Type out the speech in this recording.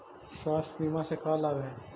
स्वास्थ्य बीमा से का लाभ है?